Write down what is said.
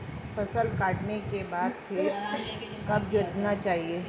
फसल काटने के बाद खेत कब जोतना चाहिये?